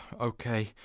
Okay